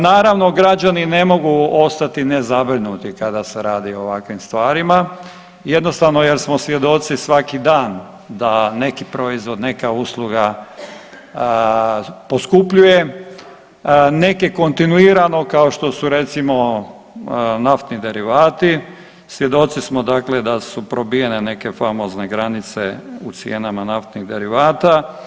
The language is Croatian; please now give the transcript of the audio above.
Naravno, građani ne mogu ostati ne zabrinuti kada se radi o ovakvim stvarima, jednostavno jer smo svjedoci svaki dan da neki proizvod, neka usluga poskupljuje, neke kontinuirano kao što su recimo naftni derivati, svjedoci smo dakle da su probijene neke famozne granice u cijenama naftnih derivata.